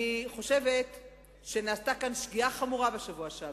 אני חושבת שנעשתה כאן שגיאה חמורה בשבוע שעבר.